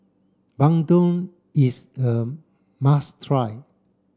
Bandung is a must try